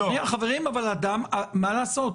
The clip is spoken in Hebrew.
חברים, מה לעשות?